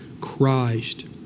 Christ